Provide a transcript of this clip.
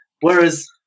Whereas